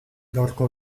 gaurko